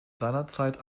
seinerzeit